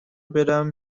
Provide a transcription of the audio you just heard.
برم